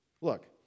Look